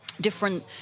different